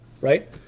right